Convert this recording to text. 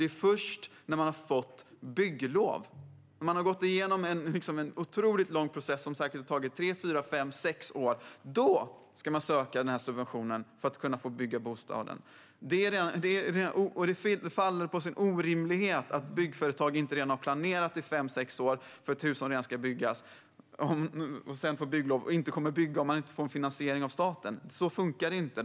Det är först när man har fått bygglov och gått igenom en otroligt lång process, som säkert har tagit tre, fyra, fem eller sex år, som man ska söka denna subvention för att få bygga bostaden. Det faller på sin egen orimlighet att byggföretag inte redan skulle ha planerat under fem sex år för ett hus som ska byggas och att de sedan inte kommer att bygga om de inte får bygglov och en finansiering av staten. Så funkar det inte.